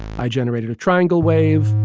i generated a triangle wave,